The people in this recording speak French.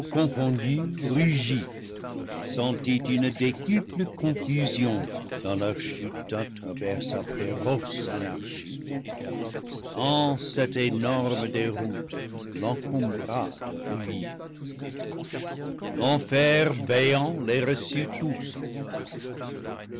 rugit et sentit une décuple confusion dans leur chute à travers sa féroce anar chie tant cette énorme déroute l'encombra de ruines l'en fer béant les reçut tous